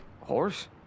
Horse